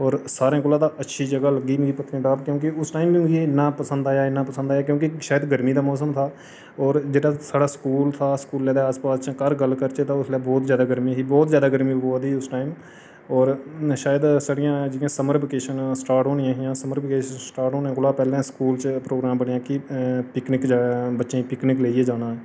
होर सारें कोला ता अच्छी जगह् लग्गी पत्नीटाप क्योंकि उस टाईम मिगी इन्ना पसंद आया इन्ना पसंद आया क्योंकि शायद गर्मी दा मोसम था होर जेह्ड़ा साढ़ा स्कूल दा स्कूलै दे आस पास गल्ल करचै तां उसलै बौह्त जादा गर्मी ही बौह्त जादा गर्मी पवा दी ही उस टाईम होर शायद साढ़ियां जियां साढ़ियां समर विकेशन स्टार्ट होनियां हियां समर विकेशन स्टार्ट होने कोला पैह्लें स्कूल च प्रोग्राम बनेआ कि पिकनिक बच्चें गी पिकनिक लेइयै जाना ऐ